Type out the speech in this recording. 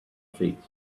feet